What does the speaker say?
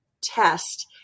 test